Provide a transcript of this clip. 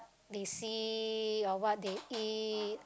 they see or what they eat